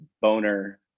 Boner